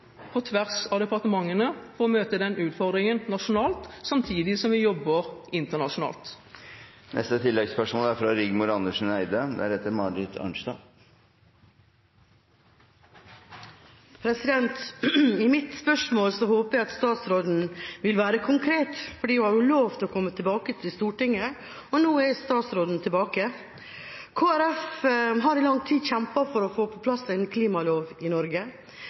på tvers av departementene for å møte den utfordringen nasjonalt, samtidig som vi jobber internasjonalt. Rigmor Andersen Eide – til oppfølgingsspørsmål. Til mitt spørsmål håper jeg at statsråden vil være konkret. Hun har lovet å komme tilbake til Stortinget, og nå er statsråden tilbake. Kristelig Folkeparti har i lang tid kjempet for å få på plass en klimalov i Norge.